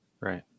Right